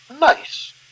nice